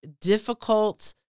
difficult